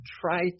Try